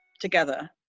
together